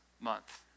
month